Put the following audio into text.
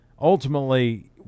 ultimately